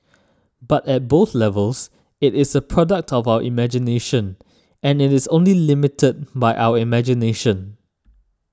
but at both levels it is a product of our imagination and it is only limited by our imagination